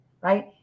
right